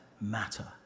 matter